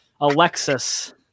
Alexis